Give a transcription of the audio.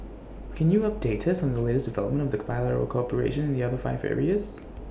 can you update us on the latest development of the bilateral cooperation in the other five areas